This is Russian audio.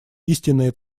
истинные